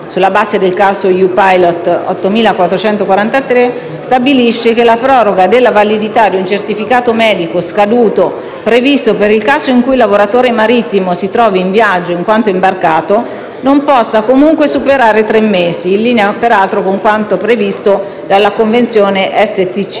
sulla base del caso EU-Pilot 8443/16, stabilisce che la proroga della validità di un certificato medico scaduto, prevista per il caso in cui il lavoratore marittimo si trovi in viaggio in quanto imbarcato, non possa comunque superare i tre mesi, in linea peraltro con la Convenzione STCW.